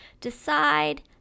decide